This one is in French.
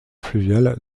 fluvial